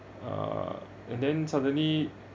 uh and then suddenly